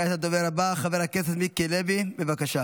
הודעה לסגנית מזכיר הכנסת.